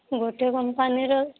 ଗୋଟିଏ କମ୍ପାନୀର